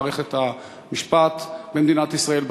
גדולה וחשובה למערכת המשפט במדינת ישראל,